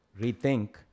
rethink